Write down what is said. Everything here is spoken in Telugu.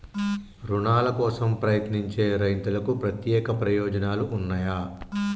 రుణాల కోసం ప్రయత్నించే రైతులకు ప్రత్యేక ప్రయోజనాలు ఉన్నయా?